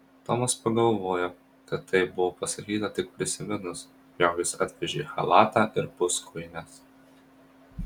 tomas pagalvojo kad taip buvo pasakyta tik prisiminus jog jis atvežė chalatą ir puskojines